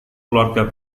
keluarga